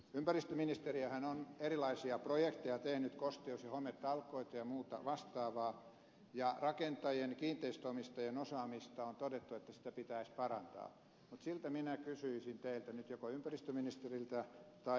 ympäristöministeriöhän on erilaisia projekteja tehnyt kosteus ja hometalkoita ja muuta vastaavaa ja rakentajien ja kiinteistönomistajien osaamisesta on todettu että sitä pitäisi parantaa mutta silti minä kysyisin teiltä nyt joko ympäristöministeriltä tai virkaatekevä